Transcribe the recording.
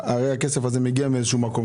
הרי הכסף הזה מגי מאיזשהו מקום.